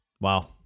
Wow